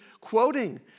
quoting